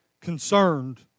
concerned